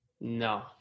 No